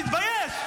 תתבייש.